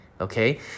Okay